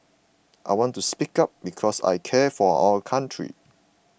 I want to speak up because I care for our country